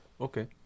okay